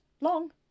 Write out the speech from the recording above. long